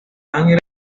ángeles